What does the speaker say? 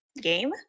game